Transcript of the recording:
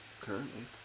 currently